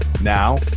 Now